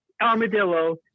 armadillo